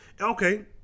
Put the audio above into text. okay